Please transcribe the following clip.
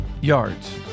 yards